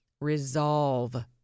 resolve